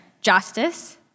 justice